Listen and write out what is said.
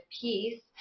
piece